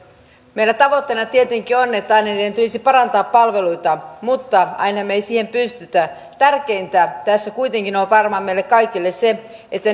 meillä tavoitteena tietenkin on että aina niiden tulisi parantaa palveluita mutta aina me emme siihen pysty tärkeintä tässä kuitenkin on varmaan meille kaikille se että